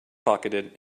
pocketed